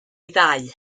ddau